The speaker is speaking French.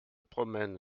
promène